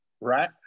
right